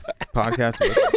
podcast